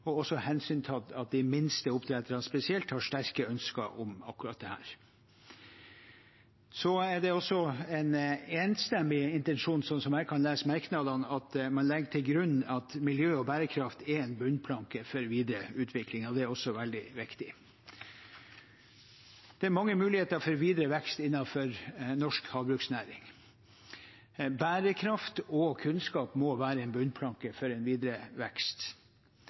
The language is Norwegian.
og også hensyntatt at de minste oppdretterne spesielt har sterke ønsker om akkurat dette. Så er det også en enstemmig intensjon, slik som jeg kan lese merknadene, at man legger til grunn at miljø og bærekraft er en bunnplanke for videre utvikling. Det er også veldig viktig. Det er mange muligheter for videre vekst innenfor norsk havbruksnæring. Bærekraft og kunnskap må være en bunnplanke for en videre vekst.